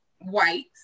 white